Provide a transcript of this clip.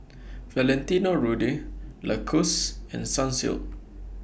Valentino Rudy Lacoste and Sunsilk